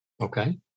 Okay